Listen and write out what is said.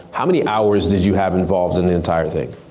how many hours did you have involved in the entire thing?